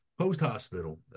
post-hospital